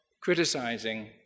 criticizing